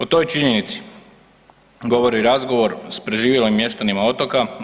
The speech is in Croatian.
O toj činjenici govori razgovor s preživjelim mještanima Otoka.